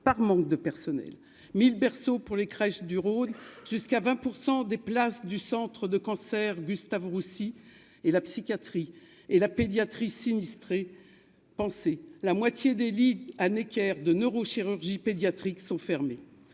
par manque de personnel, 1000 berceau pour les crèches du Rhône jusqu'à 20 % des places du centre de cancer Gustave-Roussy et la psychiatrie et la pédiatrie sinistrés penser la moitié des lits à Necker de neurochirurgie pédiatrique sont fermés